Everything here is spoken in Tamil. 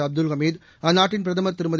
அப்துல் அமீது அந்நாட்டின் பிரதமா் திருமதி